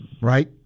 right